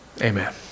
Amen